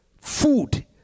food